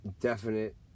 definite